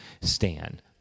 stand